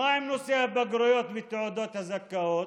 מה עם נושא הבגרויות ותעודות הזכאות?